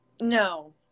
No